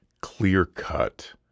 clear-cut